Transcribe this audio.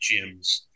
gyms